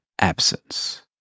absence